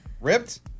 Ripped